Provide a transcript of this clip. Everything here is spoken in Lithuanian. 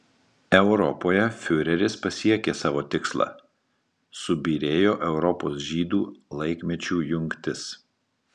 europoje fiureris pasiekė savo tikslą subyrėjo europos žydų laikmečių jungtis